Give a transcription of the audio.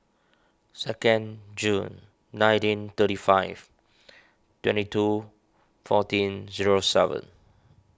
second June nineteen thirty five twenty two fourteen zero seven